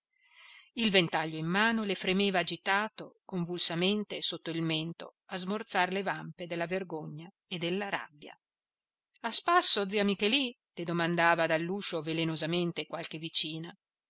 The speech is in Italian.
il ventaglio in mano le fremeva agitato convulsamente sotto il mento a smorzar le vampe della vergogna e della rabbia a spasso zia michelì le domandava dall'uscio velenosamente qualche vicina